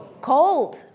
Cold